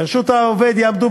לרשות העובד יעמדו,